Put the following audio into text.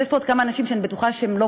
אז יש עוד כמה אנשים שאני בטוחה שהם לא